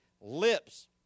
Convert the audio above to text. lips